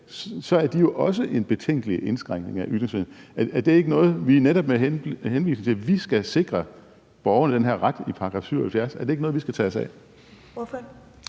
Så er de jo også en betænkelig indskrænkning af ytringsfriheden. Er det ikke noget, hvor vi netop med henvisning til § 77 skal sikre borgerne den her ret? Er det ikke noget, vi skal tage os af? Kl.